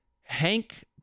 Hank